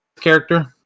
character